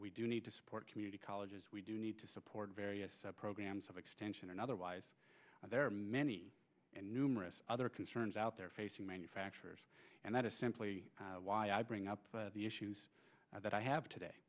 we do need to support community colleges we do need to support various programs of extension and otherwise there are many and numerous other concerns out there facing manufacturers and that is simply why i bring up the issues that i have today